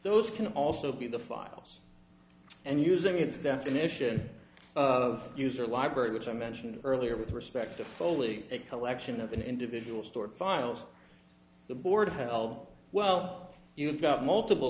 those can also be the files and using its definition of user library which i mentioned earlier with respect to foley that collection of an individual stored files the board had all well you've got multiple